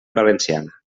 valenciana